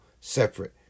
Separate